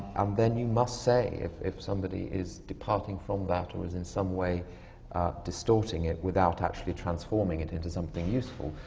um then you must say, if if somebody is departing from that or is in some way distorting it, without actually transforming it into something useful,